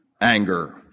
anger